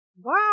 Wow